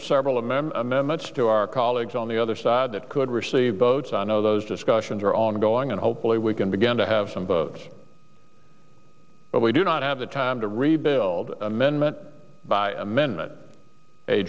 of several m m m m much to our colleagues on the other side that could receive votes i know those discussions are ongoing and hopefully we can begin to have some votes but we do not have the time to rebuild amendment by amendment a